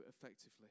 effectively